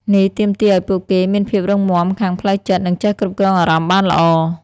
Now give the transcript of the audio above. នេះទាមទារឲ្យពួកគេមានភាពរឹងមាំខាងផ្លូវចិត្ត និងចេះគ្រប់គ្រងអារម្មណ៍បានល្អ។